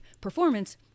performance